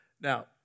Now